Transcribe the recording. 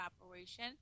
operation